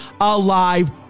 alive